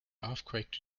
earthquake